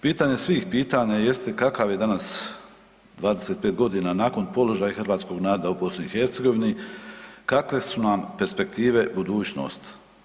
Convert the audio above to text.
Pitanje svih pitanja jeste kakav je danas 25 godina nakon, položaj hrvatskog naroda u BiH, kakve su nam perspektive, budućnost.